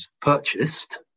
purchased